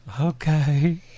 Okay